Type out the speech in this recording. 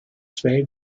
zwei